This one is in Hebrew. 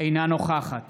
אינה נוכחת